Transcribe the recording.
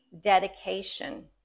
dedication